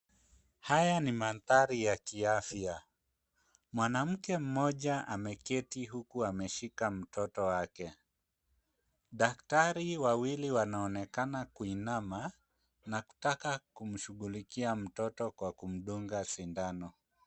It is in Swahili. Haya ni mandhari ya kiafya. Mwanamke mmoja ameketi huku ameshika mtoto wake. Daktari wawili wanaonekana kuinama na kutaka kumshughulikia mtoto kwa kumdunga sindano.